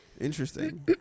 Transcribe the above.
Interesting